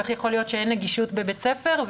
כי איך יכול להיות שאין נגישות בבית ספר?